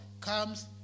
comes